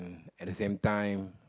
at the same time